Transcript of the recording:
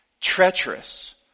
treacherous